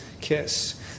kiss